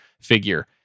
figure